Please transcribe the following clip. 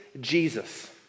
Jesus